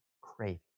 craving